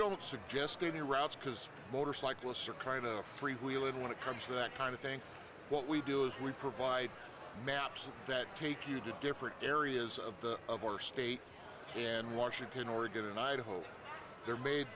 don't suggest to the routes because motorcyclists are kind of free wheeling when it comes to that kind of thing what we do is we provide maps that take you to different areas of the of our state in washington oregon idaho they're made